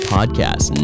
Podcast